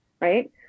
right